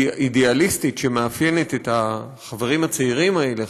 האידיאליסטית שמאפיינת את החברים הצעירים האלה,